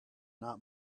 not